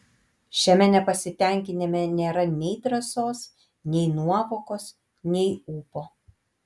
šiame nepasitenkinime nėra nei drąsos nei nuovokos nei ūpo